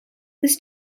this